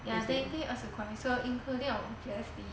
ya technically 二十块 so including our G_S_T